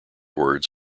words